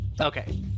Okay